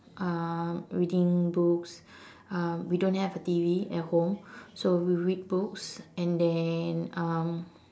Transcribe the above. um reading books um we don't have a T_V at home so we'll read books and then um